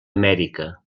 amèrica